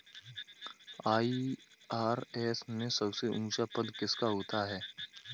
IRS में सबसे ऊंचा पद किसका होता है?